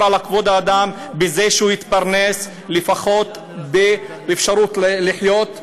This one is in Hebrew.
על כבוד האדם בזה שהוא יתפרנס לפחות באפשרות לחיות,